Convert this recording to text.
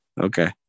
Okay